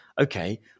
Okay